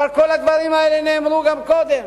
אבל כל הדברים האלה נאמרו גם קודם.